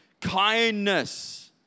kindness